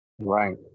right